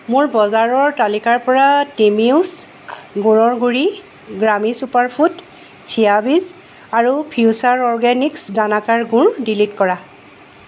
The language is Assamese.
মোৰ বজাৰৰ তালিকাৰ পৰা টিমিওছ গুড়ৰ গুড়ি গ্ৰামী চুপাৰ ফুড চিয়া বীজ আৰু ফিউচাৰ অৰ্গেনিক্ছ দানাকাৰ গুড় ডিলিট কৰা